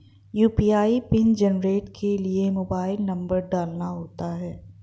UPI PIN generate के लिए mobile number डालना होता है